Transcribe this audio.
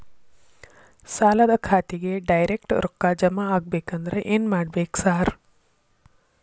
ಸಾಲದ ಖಾತೆಗೆ ಡೈರೆಕ್ಟ್ ರೊಕ್ಕಾ ಜಮಾ ಆಗ್ಬೇಕಂದ್ರ ಏನ್ ಮಾಡ್ಬೇಕ್ ಸಾರ್?